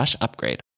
upgrade